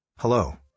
Hello